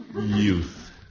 Youth